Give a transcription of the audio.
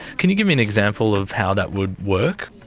can you give me an example of how that would work?